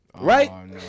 Right